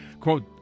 Quote